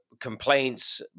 complaints